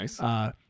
nice